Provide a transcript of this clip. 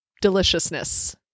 deliciousness